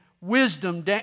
Wisdom